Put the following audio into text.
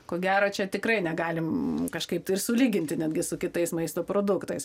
ko gero čia tikrai negalim kažkaip tai ir sulyginti netgi su kitais maisto produktais